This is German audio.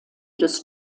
des